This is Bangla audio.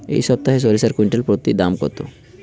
এই সপ্তাহে সরিষার কুইন্টাল প্রতি দাম কত?